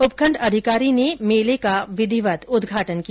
उपखण्ड अधिकारी ने मेले का विधिवत उद्घाटन किया